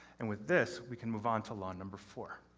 and with this, we can move on to law number four